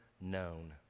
known